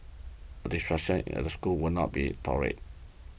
a disruption in the school will not be tolerated